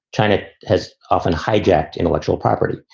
china has often hijacked intellectual property.